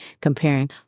comparing